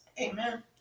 Amen